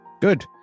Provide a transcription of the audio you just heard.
Good